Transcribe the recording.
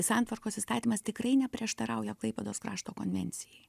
santvarkos įstatymas tikrai neprieštarauja klaipėdos krašto konvencijai